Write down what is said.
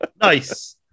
Nice